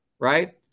right